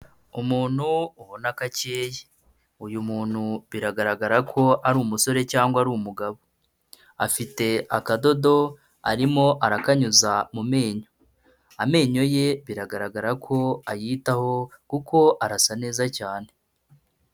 Umuntu ubona gakeye, uyu muntu biragaragara ko ari umusore cyangwa ari umugabo, afite akadodo arimo arakanyuza mu menyo, amenyo ye biragaragara ko ayitaho kuko arasa neza cyane.